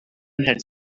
had